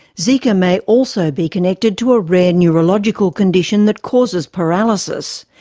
zika may also be connected to a rare neurological condition that causes paralysis.